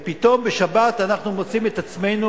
ופתאום בשבת אנחנו מוצאים את עצמנו